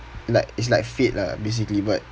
like it's like fate lah basically but